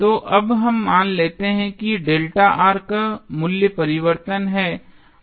तो अब हम मान लेते हैं कि का मूल्य परिवर्तन है